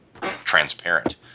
transparent